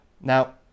now